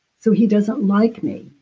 so he doesn't like me.